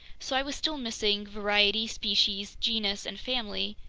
so i was still missing variety, species, genus, and family,